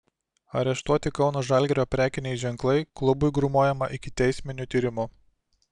areštuoti kauno žalgirio prekiniai ženklai klubui grūmojama ikiteisminiu tyrimu